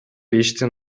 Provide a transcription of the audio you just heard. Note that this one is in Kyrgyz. иштин